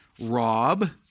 rob